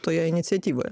toje iniciatyvoje